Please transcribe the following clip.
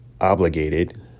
obligated